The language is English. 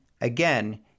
again